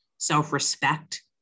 self-respect